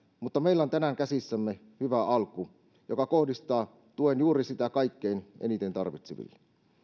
mutta meillä on tänään käsissämme hyvä alku joka kohdistaa tuen juuri sitä kaikkein eniten tarvitseville